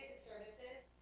services.